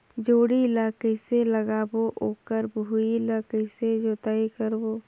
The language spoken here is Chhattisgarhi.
जोणी ला कइसे लगाबो ओकर भुईं ला कइसे जोताई करबो?